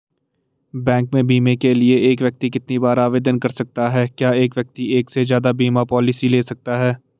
Bank में बीमे के लिए एक व्यक्ति कितनी बार आवेदन कर सकता है क्या एक व्यक्ति एक से ज़्यादा बीमा पॉलिसी ले सकता है?